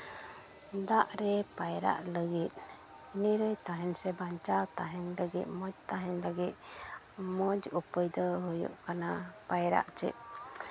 ᱫᱟᱜ ᱨᱮ ᱯᱟᱭᱨᱟᱜ ᱞᱟᱹᱜᱤᱫ ᱱᱤᱨᱟᱹᱭ ᱛᱟᱦᱮᱱ ᱞᱟᱹᱜᱤᱫ ᱥᱮ ᱵᱟᱧᱪᱟᱣ ᱛᱟᱦᱮᱱ ᱞᱟᱹᱜᱤᱫ ᱢᱚᱡᱽ ᱛᱟᱦᱮᱱ ᱞᱟᱹᱜᱤᱫ ᱢᱚᱡᱽ ᱚᱠᱚᱭ ᱫᱚ ᱦᱳᱭᱳᱜ ᱠᱟᱱᱟ ᱯᱟᱭᱨᱟᱜ ᱪᱮᱫ